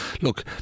look